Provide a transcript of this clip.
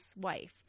wife